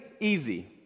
easy